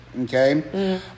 Okay